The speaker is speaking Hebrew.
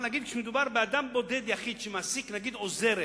אבל נגיד כשמדובר באדם בודד, יחיד, שמעסיק עוזרת